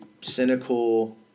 cynical